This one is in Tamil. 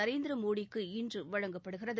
நரேந்திர மோடிக்கு இன்று வழங்கப்படுகிறது